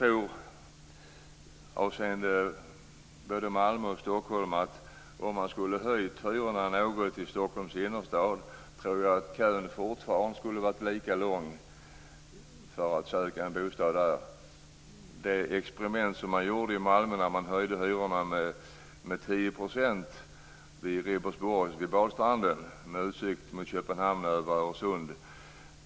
Om man hade höjt hyrorna något i Stockholms innerstad tror jag att kön för dem som vill söka en bostad där fortfarande skulle ha varit lika lång. Man gjorde ett experiment i Malmö när man höjde hyrorna med 10 % vid Ribersborg, vid bastranden, med utsikt mot Köpenhamn över Öresund.